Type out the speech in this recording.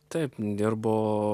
taip dirbu